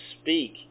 speak